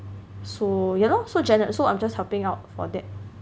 so yeah lor so gene~ so I'm just helping out for that